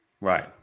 Right